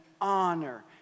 honor